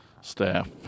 staff